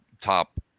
top